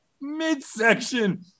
midsection